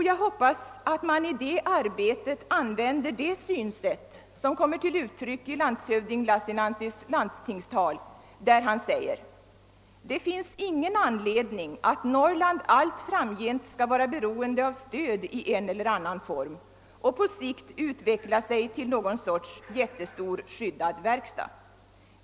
Jag hoppas att man i det arbetet anlägger samma synsätt som kom till uttryck i landshövding Lassinanttis landstingstal, när han sade: »Det finns ingen anledning att Norrland allt framgent skall vara beroende av stöd i en eller annan form och på sikt utveckla sig till någon sorts jättestor skyddad verkstad.